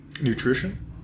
Nutrition